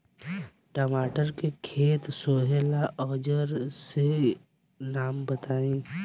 टमाटर के खेत सोहेला औजर के नाम बताई?